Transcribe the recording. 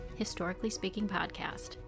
historicallyspeakingpodcast